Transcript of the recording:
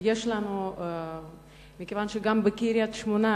מכיוון שגם בקריית-שמונה,